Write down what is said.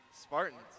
Spartans